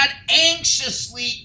anxiously